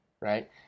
right